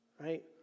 right